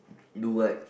do what